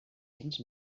cents